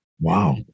Wow